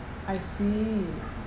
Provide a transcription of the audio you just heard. I see